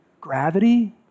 Gravity